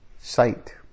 sight